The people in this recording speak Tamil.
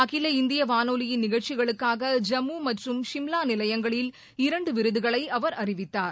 அகில இந்திய வானொலியின் நிகழ்ச்சிகளுக்காக ஜம்மு மற்றும் சிம்லா நிலையங்களில்இரண்டு விருதுகளை அவர் அறிவித்தார்